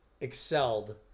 excelled